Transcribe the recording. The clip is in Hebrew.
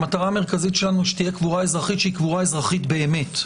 המטרה המרכזית שלנו היא שתהיה קבורה אזרחית שהיא קבורה אזרחית באמת.